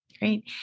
Great